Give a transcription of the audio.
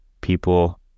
people